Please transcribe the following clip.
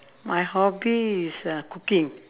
my hobby is uh cooking